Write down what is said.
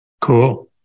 Cool